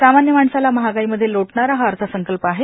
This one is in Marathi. सामान्य माणसाला महागाईमध्ये लोटणारा हा अर्थसंकल्प आहे